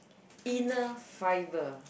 inner fibre